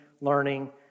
learning